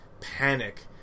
panic